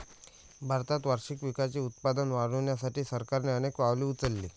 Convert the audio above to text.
भारतात वार्षिक पिकांचे उत्पादन वाढवण्यासाठी सरकारने अनेक पावले उचलली